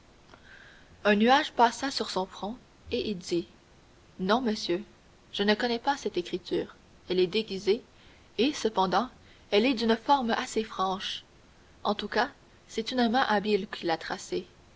un nuage passa sur son front et il dit non monsieur je ne connais pas cette écriture elle est déguisée et cependant elle est d'une forme assez franche en tout cas c'est une main habile qui l'a